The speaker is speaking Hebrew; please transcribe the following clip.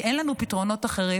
כי אין לנו פתרונות אחרים.